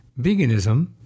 Veganism